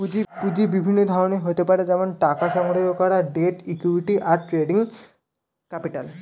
পুঁজি বিভিন্ন ধরনের হতে পারে যেমন টাকা সংগ্রহণ করা, ডেট, ইক্যুইটি, আর ট্রেডিং ক্যাপিটাল